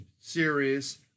series